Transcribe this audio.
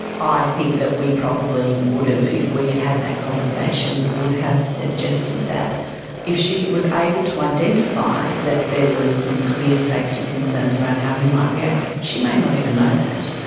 i think that we probably would have, if we had had that conversation, would have suggested that if she was able to identify that there was some clear safety concerns around how he might react, she may not even know that,